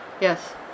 yes